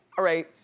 alright,